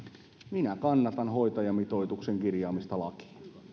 minä kannatan hoitajamitoituksen kirjaamista lakiin